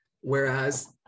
whereas